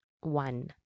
one